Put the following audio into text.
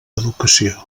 educació